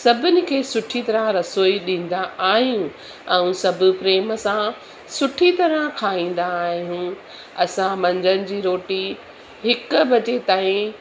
सभिनि खे सुठी तरह रसोई ॾींदा आहियूं ऐं सभु प्रेम सां सुठी तरह खाईंदा आहियूं असां मंझंदि जी रोटी हिकु बजे ताईं